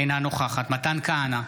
אינה נוכחת מתן כהנא,